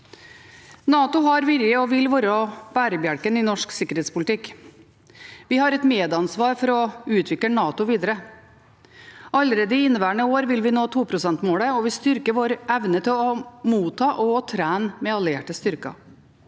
NATO har vært og vil være bærebjelken i norsk sikkerhetspolitikk. Vi har et medansvar for å utvikle NATO videre. Allerede i inneværende år vil vi nå 2-prosentmålet, og vi styrker vår evne til å motta og trene med allierte styrker.